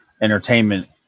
entertainment